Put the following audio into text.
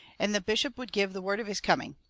and the bishop would give the word of his coming.